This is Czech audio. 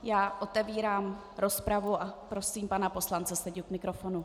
Já otevírám rozpravu a prosím pana poslance Seďu k mikrofonu.